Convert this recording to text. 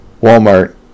Walmart